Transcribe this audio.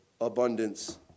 abundance